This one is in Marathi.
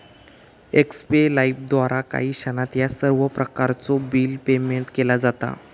एक्स्पे लाइफद्वारा काही क्षणात ह्या सर्व प्रकारचो बिल पेयमेन्ट केला जाता